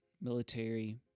military